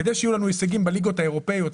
כדי שיהיו לנו הישגים בליגות האירופאיות,